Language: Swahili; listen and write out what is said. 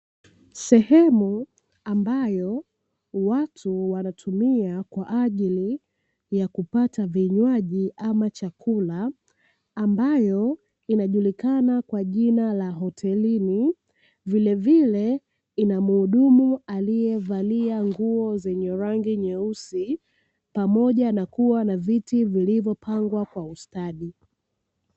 Sehemu ambayo watu wanatumia kwa ajili ya kupata vinywaji ama chakula, ambayo inajulikana kwa jina la hotelini vilevile ina muhudumu aliye valia nguo zenye rangi nyeusi, pamoja na kuwa na viti vilivyopangwa kwa ustadi.